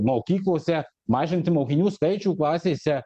mokyklose mažinti mokinių skaičių klasėse